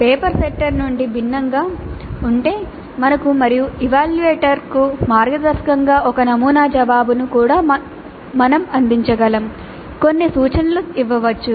paper setter నుండి భిన్నంగా ఉంటే మనకు మరియు ఎవాల్యూయేటర్కు మార్గదర్శకంగా ఒక నమూనా జవాబును కూడా మేము అందించగలము కొన్ని సూచనలు ఇవ్వవచ్చు